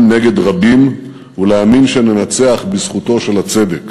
נגד רבים ולהאמין שננצח בזכותו של הצדק,